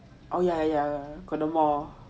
oh yeah yeah kodomo